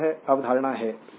तो यह अवधारणा है